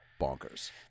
bonkers